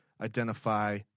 identify